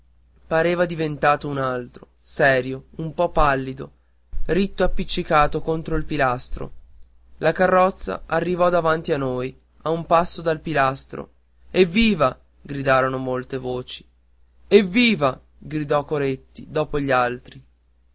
pareva diventato più alto serio un po pallido ritto appiccicato contro il pilastro la carrozza arrivò davanti a noi a un passo dal pilastro evviva gridarono molte voci evviva gridò coretti dopo gli altri